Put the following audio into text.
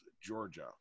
Georgia